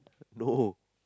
no